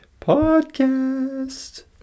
podcast